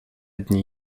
dni